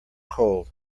cold